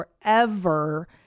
forever